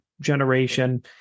generation